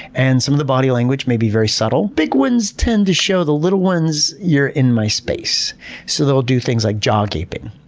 and some of the body language may be very subtle. big ones tend to show the little ones, you're in my space so they'll do things like jaw gaping.